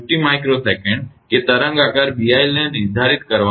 2 × 50 𝜇𝑠 કે તરંગ આકાર BIL ને નિર્ધારિત કરવા માટે